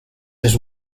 his